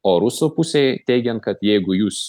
o rusų pusei teigiant kad jeigu jūs